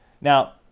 Now